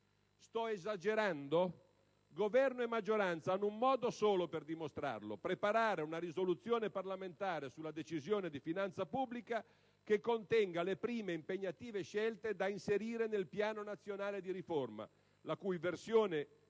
Sto esagerando? Governo e maggioranza hanno un modo solo per dimostrarlo: preparare una risoluzione parlamentare sulla Decisione di finanza pubblica che contenga prime, impegnative scelte da inserire nel Piano nazionale di riforma, la cui versione